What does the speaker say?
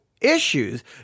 issues